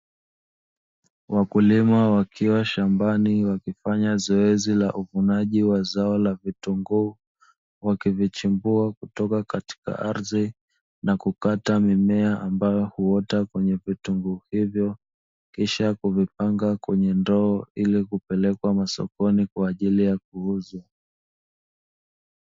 Wakulima wakiwa shambani wakifanya zoezi la uvunaji wa zao la vitunguu wakivichimbua kutoka katika ardhi na kukata mimea ambayo huota kwenye vitunguu hivyo, kisha kuvipanga kwenye ndoo ili kupelekwa sokoni kwa ajili ya kuuzwa.